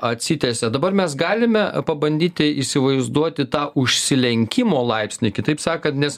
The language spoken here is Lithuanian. atsitiesia dabar mes galime pabandyti įsivaizduoti tą užsilenkimo laipsnį kitaip sakant nes